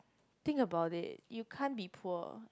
think about it you can't be poor